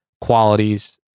qualities